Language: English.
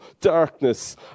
darkness